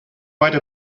write